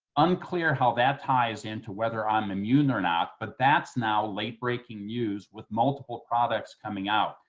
unclear how that ties into whether i'm immune or not, but that's now late breaking use with multiple products coming out.